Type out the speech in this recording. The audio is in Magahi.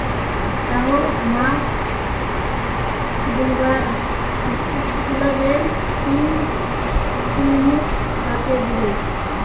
राहुल हमाक गुलाबेर तीन टहनी काटे दिले